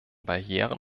barrieren